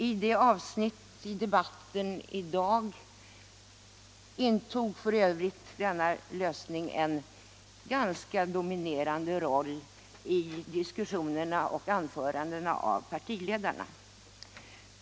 I ett avsnitt av debatten i dag intog f. ö. denna lösning en ganska dominerande roll i diskussionen och i anförandena av partiledarna.